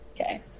Okay